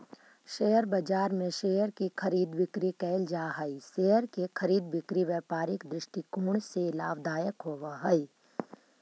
share बाजार में share की खरीद बिक्री कैल जा हइ शेयर के खरीद बिक्री व्यापारिक दृष्टिकोण से लाभदायक होवऽ हइ